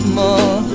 more